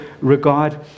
regard